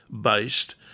based